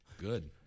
Good